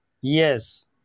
Yes